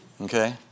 Okay